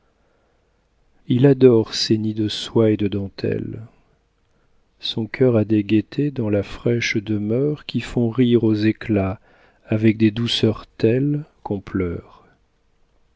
il adore ces nids de soie et de dentelles son cœur a des gaietés dans la fraîche demeure qui font rire aux éclats avec des douceurs telles qu'on pleure